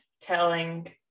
telling